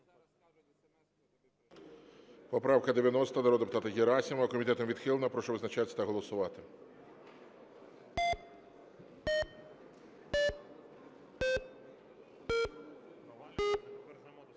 Поправка 90 народного депутата Герасимова. Комітетом відхилена. Прошу визначатися та голосувати.